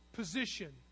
Position